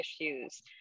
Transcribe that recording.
issues